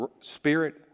Spirit